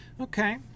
Okay